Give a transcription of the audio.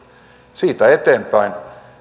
siitä eteenpäin